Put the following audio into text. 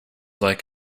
like